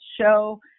show